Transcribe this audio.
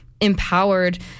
empowered